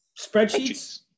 spreadsheets